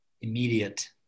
immediate